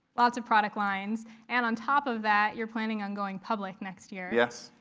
lots of product lines and on top of that you're planning on going public next year. yes.